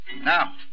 Now